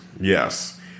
Yes